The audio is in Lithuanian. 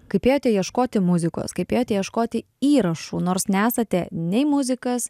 kaip ėjote ieškoti muzikos kaip ėjote ieškoti įrašų nors nesate nei muzikas